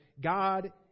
God